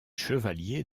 chevalier